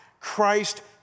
Christ